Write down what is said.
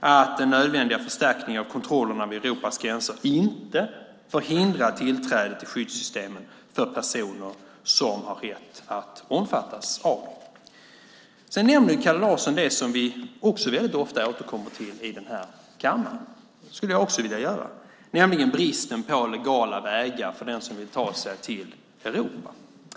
att den nödvändiga förstärkningen av kontrollerna vid Europas gränser inte får hindra tillträde till skyddssystemen för personer som har rätt att omfattas av dem. Kalle Larsson nämnde något som vi ofta återkommer till här i kammaren - det vill jag också göra - nämligen bristen på legala vägar för den som vill ta sig till Europa.